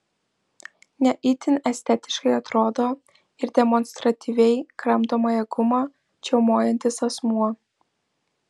ne itin estetiškai atrodo ir demonstratyviai kramtomąją gumą čiaumojantis asmuo